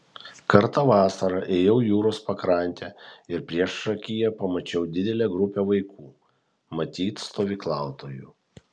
kartą vasarą ėjau jūros pakrante ir priešakyje pamačiau didelę grupę vaikų matyt stovyklautojų